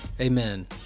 Amen